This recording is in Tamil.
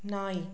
நாய்